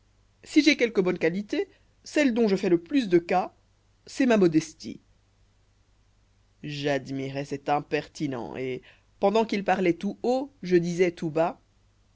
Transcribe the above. si j'ai quelques bonnes qualités celle dont je fais le plus de cas c'est ma modestie j'admirois cet impertinent et pendant qu'il parloit tout haut je disois tout bas